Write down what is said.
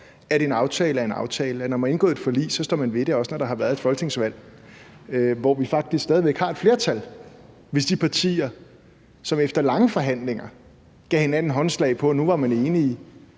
at en aftale er en aftale, og at man, når man har indgået et forlig, står ved det, også når der har været et folketingsvalg og vi faktisk stadig væk har et flertal. Hvis de partier, som efter lange forhandlinger gav hinanden håndslag på, at nu var man enige,